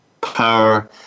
power